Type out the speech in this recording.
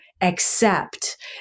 accept